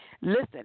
listen